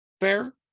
Fair